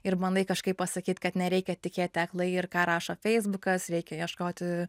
ir bandai kažkaip pasakyt kad nereikia tikėti aklai ir ką rašo feisbukas reikia ieškoti